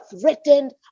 threatened